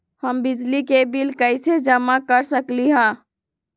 हम बिजली के बिल कईसे जमा कर सकली ह?